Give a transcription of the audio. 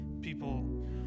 people